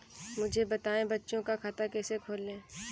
मुझे बताएँ बच्चों का खाता कैसे खोलें?